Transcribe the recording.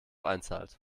einzahlt